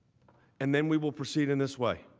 and then we will proceed in this way.